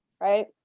right